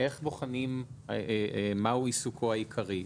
איך בוחנים מהו עיסוקו העיקרי?